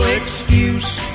excuse